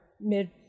mid